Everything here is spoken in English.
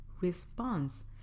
response